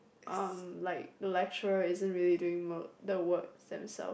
um like lecturer isn't really doing work the work themselves